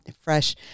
fresh